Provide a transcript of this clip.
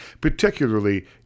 particularly